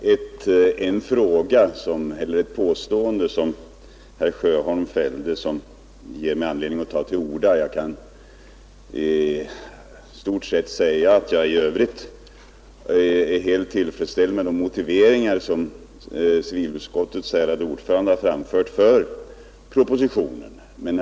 Herr talman! Det är egentligen bara ett påstående som herr Sjöholm fällde som ger mig anledning att begära ordet. Jag kan i övrigt säga att jag i stort sett är tillfredsställd med de motiveringar som civilutskottets ärade ordförande har framfört för propositionens förslag.